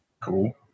Cool